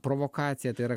provokacija tai yra